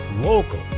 local